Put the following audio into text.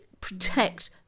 protect